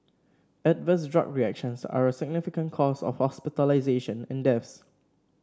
adverse drug reactions are a significant cause of hospitalisations and deaths